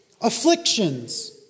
Afflictions